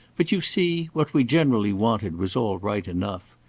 but you see, what we generally wanted was all right enough.